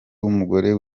w’umugore